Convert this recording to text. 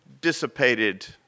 dissipated